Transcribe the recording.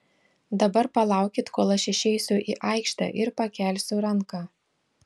dabar palaukit kol aš išeisiu į aikštę ir pakelsiu ranką